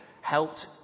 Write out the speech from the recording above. helped